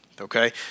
Okay